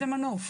זה מנוף.